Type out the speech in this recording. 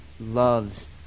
loves